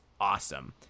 awesome